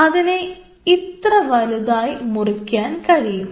അതിനെ ഇത്ര വലുതായി മുറിക്കാൻ കഴിയും